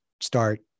start